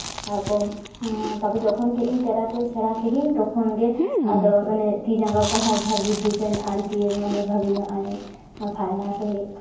ᱛᱟᱨᱯᱚᱨ ᱛᱟᱨᱯᱚᱨ ᱡᱚᱠᱷᱚᱱᱜᱮ ᱤᱧ ᱠᱮᱨᱟᱴᱮ ᱥᱮᱬᱟ ᱠᱤᱫᱤᱧ ᱛᱚᱠᱷᱚᱱᱜᱮ ᱟᱫᱚ ᱢᱟᱱᱮ ᱛᱤ ᱡᱟᱝᱜᱟ ᱠᱚᱦᱚᱸ ᱵᱷᱟᱜᱮ ᱵᱩᱡᱟᱹᱧ ᱟᱨᱠᱤ ᱢᱟᱱᱮ ᱵᱷᱟᱜᱮ ᱧᱚᱜ ᱯᱷᱟᱨᱱᱟ ᱥᱟᱺᱦᱤᱡ